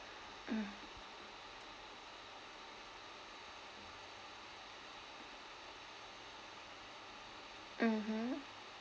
mm mmhmm